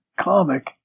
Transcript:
comic